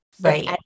right